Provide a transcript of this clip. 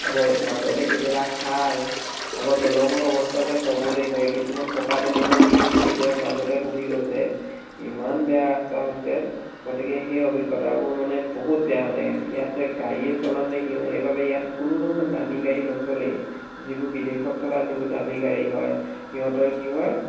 আকৌ মাজতে কেতিয়াবা খাল আকৌ দলঙৰ অৱস্থা যে ক'বলেই নোৱাৰি কিছুমান পকা দলঙো কি হৈছে কেতিয়াবা মাজতে বহি গৈছে ইমান বেয়া ৰাস্তা হৈছে গতিকে সেই অভিজ্ঞতাবোৰ মানে বহুত বেয়া মানে ইয়াত যে গাড়ীয়েই চলাম নে কি হয় সেইবাবে ইয়াত কোনো ধৰণৰ দামী গাড়ী নচলেই যিবোৰ বিদেশত চলা যিবোৰ দামী গাড়ী হয় সিহঁতৰে কি হয়